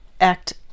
act